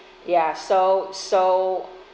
ya so so